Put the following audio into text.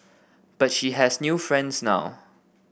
but she has new friends now